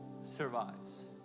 survives